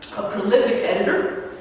a prolific editor,